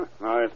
Nice